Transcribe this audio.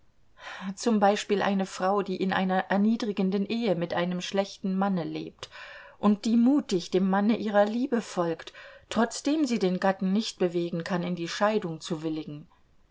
z b eine frau die in einer erniedrigenden ehe mit einem schlechten manne lebt und die mutig dem manne ihrer liebe folgt trotzdem sie den gatten nicht bewegen kann in die scheidung zu willigen